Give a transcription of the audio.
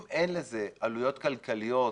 אם אין לזה עלויות כלכליות